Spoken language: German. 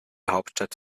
hauptstadt